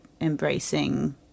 embracing